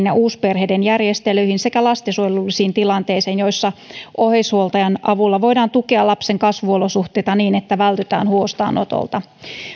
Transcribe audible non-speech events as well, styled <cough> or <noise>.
<unintelligible> ja uusperheiden järjestelyihin sekä lastensuojelullisiin tilanteisiin joissa oheishuoltajan avulla voidaan tukea lapsen kasvuolosuhteita niin että vältytään huostaanotolta